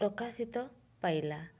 ପ୍ରକାଶିତ ପାଇଲା